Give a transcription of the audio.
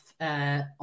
on